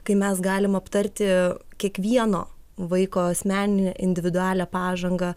kai mes galim aptarti kiekvieno vaiko asmeninę individualią pažangą